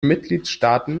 mitgliedstaaten